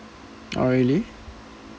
oh really